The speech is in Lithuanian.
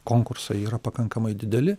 konkursai yra pakankamai dideli